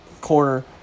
corner